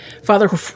Father